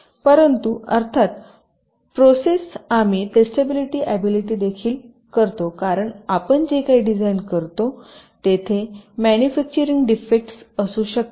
परंतु अर्थात प्रोसेस आम्ही टेस्टॅबिलिटी ऍबिलिटी देखील करतो कारण आपण जे काही डिझाइन करतो तेथे मॅनुफॅक्चरिंग डेफेक्टस असू शकतात